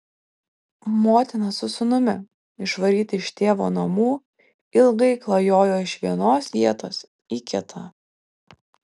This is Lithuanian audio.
motina su sūnumi išvaryti iš tėvo namų ilgai klajojo iš vienos vietos į kitą